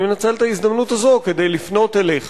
אני מנצל את ההזדמנות הזאת כדי לפנות אליך